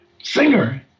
singer